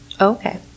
Okay